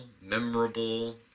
memorable